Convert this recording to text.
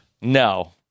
No